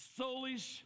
soulish